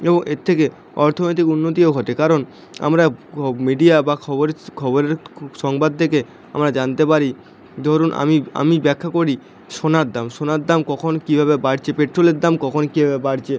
এব এর থেকে অর্থনৈতিক উন্নতিও ঘটে কারণ আমরা ক মিডিয়া বা খবরে খবরের সংবাদ থেকে আমরা জানতে পারি ধরুন আমি আমি ব্যাখা করি সোনার দাম সোনার দাম কখন কীভাবে বাড়ছে পেট্রোলের দাম কখন কীভাবে বাড়ছে